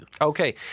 Okay